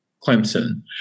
Clemson